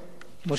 משה שיפמן.